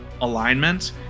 alignment